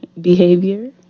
behavior